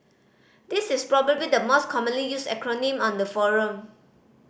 this is probably the most commonly used acronym on the forum